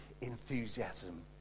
enthusiasm